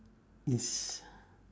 is